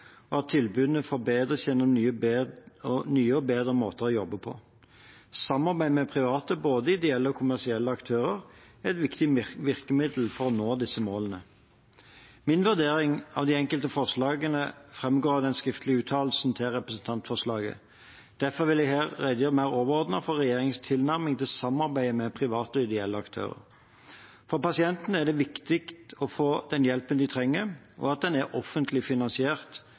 og at tilbudene forbedres gjennom nye og bedre måter å jobbe på. Samarbeid med private, både ideelle og kommersielle aktører, er et viktig virkemiddel for å nå disse målene. Min vurdering av de enkelte forslagene framgår av den skriftlige uttalelsen til representantforslaget. Derfor vil jeg her redegjøre mer overordnet for regjeringens tilnærming til samarbeid med private og ideelle aktører. For pasientene er det viktigere å få den hjelpen de trenger, og at den er offentlig finansiert,